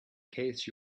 case